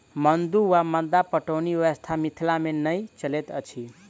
मद्दु वा मद्दा पटौनी व्यवस्था मिथिला मे नै चलैत अछि